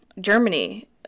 Germany